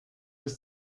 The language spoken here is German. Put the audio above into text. bis